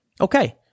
Okay